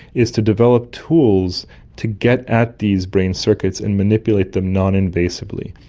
is to develop tools to get at these brain circuits and manipulate them noninvasively.